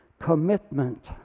commitment